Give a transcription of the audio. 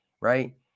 right